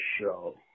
show